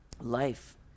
life